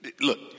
Look